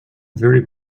very